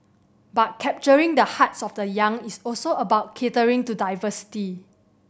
but capturing the hearts of the young is also about catering to diversity